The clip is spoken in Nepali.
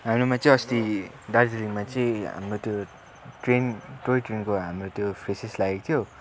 हाम्रोमा चाहिँ अस्ति दार्जिलिङमा चाहिँ हाम्रो त्यो ट्रेन टोय ट्रेनको हाम्रो त्यो फ्रेसस लागेको थियो